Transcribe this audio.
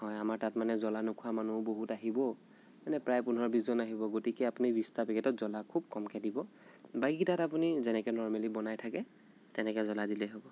হয় আমাৰ তাত মানে জ্বলা নোখোৱা মানুহো বহুত আহিব মানে প্ৰায় পোন্ধৰ বিশজন আহিব গতিকে আপুনি বিশটা পেকেটত জ্বলা খুব কমকৈ দিব বাকীকেইটাত আপুনি যেনেকৈ নৰ্মেলি বনাই থাকে তেনেকৈ জ্বলা দিলেই হ'ব